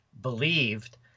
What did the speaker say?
believed